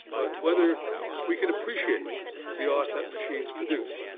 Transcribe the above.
but whether we could appreciate the art that machines produce.